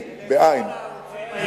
כן,